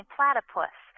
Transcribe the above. Platypus